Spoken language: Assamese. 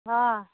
অ